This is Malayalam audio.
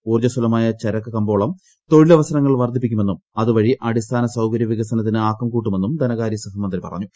ഊർജ്ജസ്വലമായ ചരക്ക് കമ്പോളം തൊഴിലവസരങ്ങൾ വർദ്ധിപ്പിക്കുമെന്നും അതുവഴി അടിസ്ഥാന സൌകര്യ വികസനത്തിനു ആക്കം കൂട്ടുമെന്നും ധനകാരൃ സഹമന്ത്രി പറഞ്ഞു